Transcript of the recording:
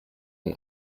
ein